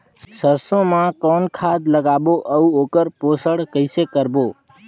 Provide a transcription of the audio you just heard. सरसो मा कौन खाद लगाबो अउ ओकर पोषण कइसे करबो?